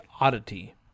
oddity